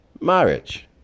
marriage